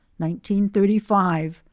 1935